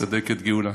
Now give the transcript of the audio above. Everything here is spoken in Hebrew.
הצדקת גאולה,